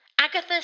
Agatha